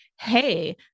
hey